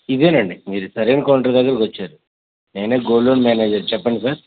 ఇదే అండి ఇదే మీరు సరైన కౌంటర్ దగ్గరకి వచ్చారు నేనే గోల్డ్ లోన్ మేనేజర్ చెప్పండి సార్